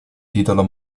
titolo